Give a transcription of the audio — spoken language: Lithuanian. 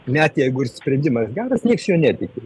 net jeigu ir sprendimas geras nieks juo netiki